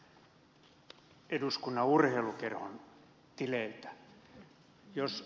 eikö ed